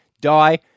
Die